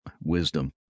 wisdom